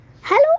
Hello